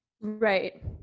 Right